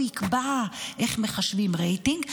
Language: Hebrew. הוא יקבע איך מחשבים רייטינג.